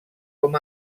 com